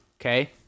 Okay